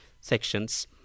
sections